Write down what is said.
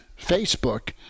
Facebook